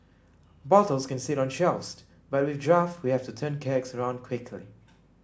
bottles can sit on shelves but with draft we have to turn kegs around quickly